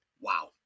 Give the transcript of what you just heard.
Wow